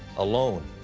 alone,